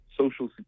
Social